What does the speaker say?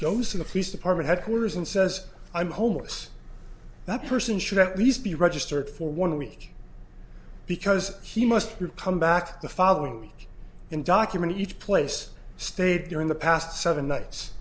to the police department headquarters and says i'm homeless that person should at least be registered for one week because he must come back the following week and document each place stayed during the past seven nights